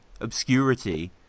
obscurity